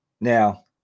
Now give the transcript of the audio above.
Now